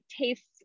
tastes